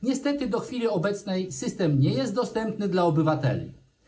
Niestety, do chwili obecnej system nie jest dostępny dla obywateli.